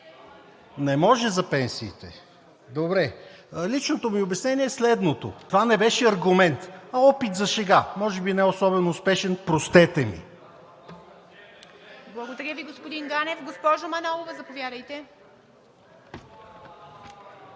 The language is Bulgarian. Не може за пенсиите, добре. Личното ми обяснение е следното: това не беше аргумент, а опит за шега. Може би не особено успешен, простете ми! ПРЕДСЕДАТЕЛ ИВА МИТЕВА: Благодаря Ви, господин Ганев. Госпожо Манолова, заповядайте.